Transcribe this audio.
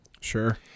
Sure